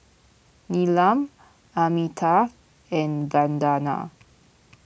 Neelam Amitabh and Vandana